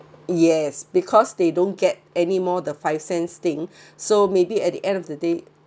yes because they don't get anymore the five cents thing so maybe at the end of the day